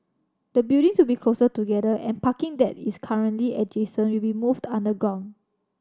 the buildings will be closer together and parking that is currently adjacent will be moved underground